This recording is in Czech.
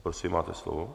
Prosím, máte slovo.